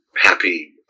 happy